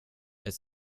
ett